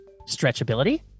stretchability